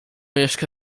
jeszcze